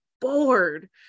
bored